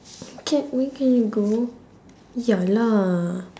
can we can go ya lah